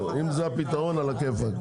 אם זה הפתרון, על הכיפק.